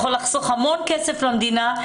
יכול לחסוך המון כסף למדינה,